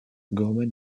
gorman